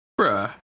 Bruh